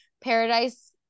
Paradise